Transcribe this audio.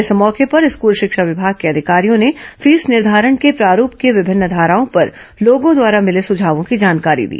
इस मौके पर स्कूल शिक्षा विभाग के अधिकारियों ने फीस निर्धारण के प्रारूप की विभिन्न धाराओं पर लोगों द्वारा मिले सुझावों की जानकारी दी